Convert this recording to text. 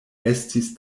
estis